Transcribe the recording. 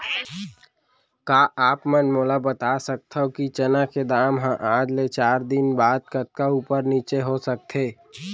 का आप मन मोला बता सकथव कि चना के दाम हा आज ले चार दिन बाद कतका ऊपर नीचे हो सकथे?